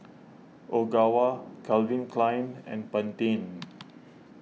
Ogawa Calvin Klein and Pantene